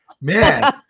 man